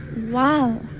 Wow